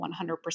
100%